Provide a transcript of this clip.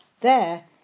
There